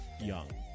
young